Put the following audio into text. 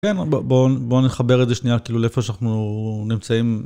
בוא נחבר את זה שנייה כאילו לפה שאנחנו נמצאים.